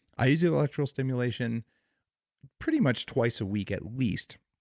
i use electrical stimulation pretty much twice a week at least.